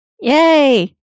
Yay